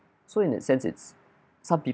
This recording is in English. so in that sense it's some peo~